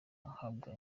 ahabwa